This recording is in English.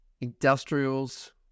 industrials